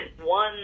one